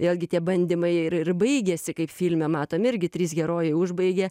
vėlgi tie bandymai ir ir baigėsi kaip filme matom irgi trys herojai užbaigė